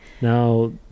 Now